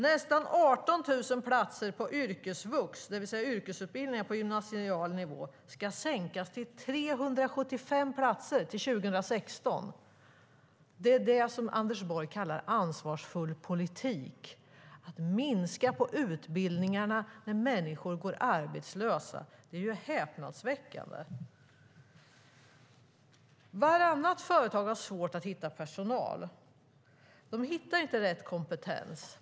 Nästan 18 000 platser på yrkesvux, det vill säga yrkesutbildningar på gymnasial nivå, ska minskas till 375 platser till 2016. Det är det som Anders Borg kallar ansvarsfull politik, alltså att minska på utbildningarna när människor går arbetslösa. Det är häpnadsväckande. Vartannat företag har svårt att hitta personal. De hittar inte rätt kompetens.